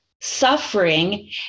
suffering